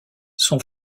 son